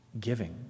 giving